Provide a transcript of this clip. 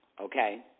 okay